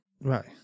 Right